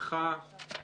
נדחה.